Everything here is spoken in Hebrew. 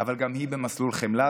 אבל גם היא במסלול חמלה,